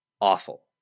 awful